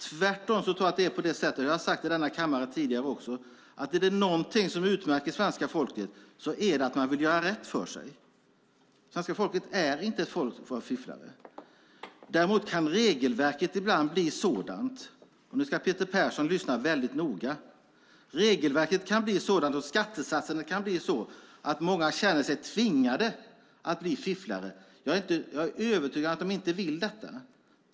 Tvärtom tror jag - det har jag också sagt tidigare i denna kammare - att om det är något som utmärker svenska folket är det att man vill göra rätt för sig. Svenska folket är inte ett folk av fifflare. Däremot kan regelverket ibland bli sådant och skattesatserna bli sådana - nu ska Peter Persson lyssna väldigt noga - att många känner sig tvingade att bli fifflare. Jag är övertygad om att de inte vill det.